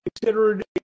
considered